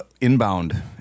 inbound